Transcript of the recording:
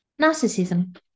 narcissism